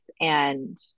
and-